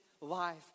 life